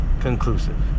conclusive